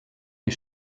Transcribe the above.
die